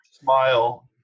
Smile